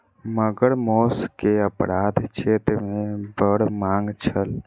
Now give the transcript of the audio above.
मगर मौस के अपराध क्षेत्र मे बड़ मांग छल